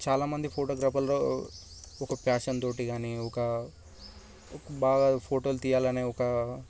చాలామంది ఫోటోగ్రాఫర్లు ఒక ప్యాషన్ తోటి గానీ ఒక బాగా ఫోటోలు తీయాలనే ఒక